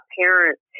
parents